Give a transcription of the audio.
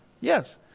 Yes